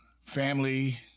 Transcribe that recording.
family